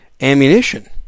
ammunition